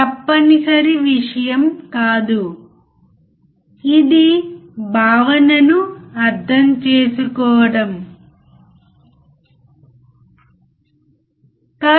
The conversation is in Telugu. ఇతర ఆచరణాత్మక అనువర్తనాలలో ఈ నిర్దిష్ట వోల్టేజ్ ఫాలోవర్ యొక్క ఇతర పాత్ర ఏమిటి